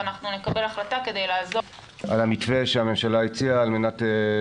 ואנחנו נקבל החלטה כדי לעזור לכמה שאנחנו יכולים.